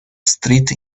street